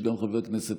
חברת הכנסת